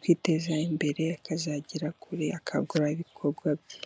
kwiteza imbere akazagera kure akagura ibikorwa bye.